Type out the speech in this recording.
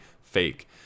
fake